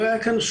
לא היה שום